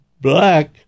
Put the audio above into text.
Black